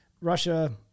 Russia